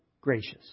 gracious